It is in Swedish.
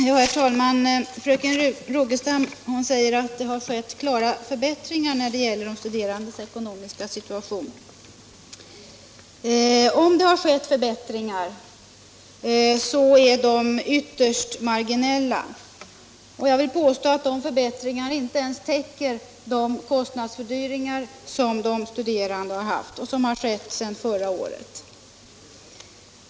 Herr talman! Fröken Rogestam säger att det har skett klara förbättringar av de studerandes ekonomiska situation. Om det har skett förbättringar, så är de ytterst marginella. Jag vill påstå att förbättringarna inte ens täcker de kostnadsfördyringar som de studerande har haft och som inträffat sedan förra året.